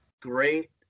Great